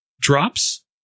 drops